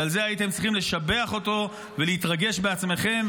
ועל זה הייתם צריכים לשבח אותו ולהתרגש בעצמכם,